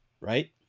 right